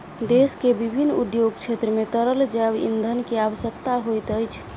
देश के विभिन्न उद्योग क्षेत्र मे तरल जैव ईंधन के आवश्यकता होइत अछि